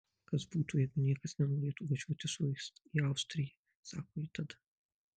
kas būtų jeigu niekas nenorėtų važiuoti su juo į austriją sako ji tada